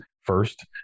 first